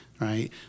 right